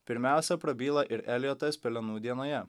pirmiausia prabyla ir eljotas pelenų dienoje